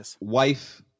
wife